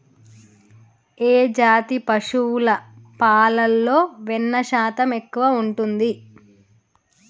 ఏ జాతి పశువుల పాలలో వెన్నె శాతం ఎక్కువ ఉంటది?